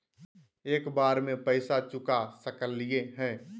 एक बार में पैसा चुका सकालिए है?